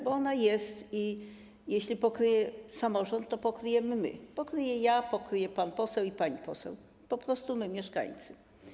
Bo ona jest i jeśli pokryje ją samorząd, to pokryjemy ją my, pokryję ja, pokryją pan poseł i pani poseł, po prostu my, mieszkańcy.